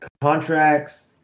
contracts